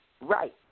Right